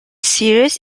series